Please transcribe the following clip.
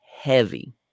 heavy